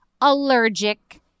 allergic